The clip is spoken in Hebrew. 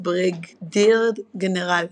בריגדיר גנרל.